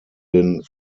den